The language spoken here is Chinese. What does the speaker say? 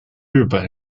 日本